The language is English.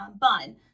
bun